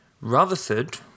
Rutherford